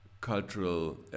cultural